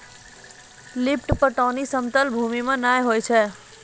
lift पटौनी समतल भूमी क्षेत्र मे नै होय छै